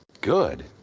good